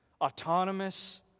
Autonomous